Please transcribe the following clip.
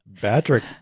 Patrick